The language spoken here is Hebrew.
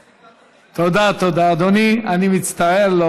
אדוני, אני מצטער.